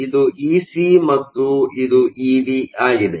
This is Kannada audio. ಇದು ಇಸಿ ಮತ್ತು ಇದು ಇವಿ ಆಗಿದೆ